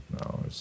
no